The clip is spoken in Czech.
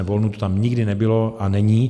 To tam nikdy nebylo a není.